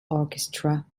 orchestra